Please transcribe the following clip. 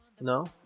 No